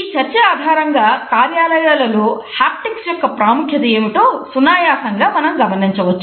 ఈ చర్చ ఆధారంగా కార్యాలయాలలో హాప్టిక్స్ యొక్క ప్రాముఖ్యత ఏమిటో సునాయాసంగా మనం గమనించవచ్చు